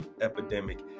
epidemic